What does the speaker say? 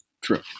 True